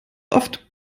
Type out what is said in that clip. oft